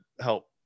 help